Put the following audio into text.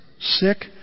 sick